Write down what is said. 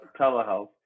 telehealth